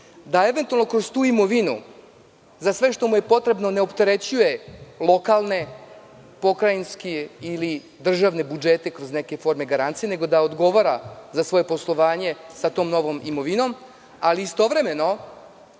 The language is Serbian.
da eventualno kroz tu imovinu za sve što mu je potrebno ne opterećuje lokalne, pokrajinske ili državne budžete kroz neke forme garancije, nego da odgovara za svoje poslovanje sa tom novinom, ali istovremeno